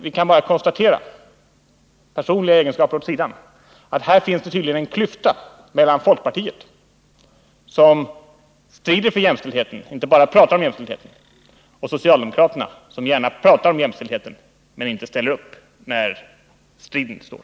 Vi kan bara konstatera — och låt oss gärna lägga personliga egenskaper åt sidan — att det tydligen finns en klyfta mellan folkpartiet, som strider för jämställdheten och inte bara pratar om den, och socialdemokraterna, som gärna pratar om jämställdheten men inte ställer upp när det verkligen gäller.